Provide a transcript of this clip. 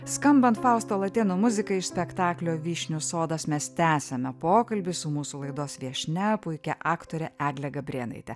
skambant fausto latėno muzikai iš spektaklio vyšnių sodas mes tęsiame pokalbį su mūsų laidos viešnia puikia aktore egle gabrėnaite